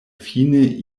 fine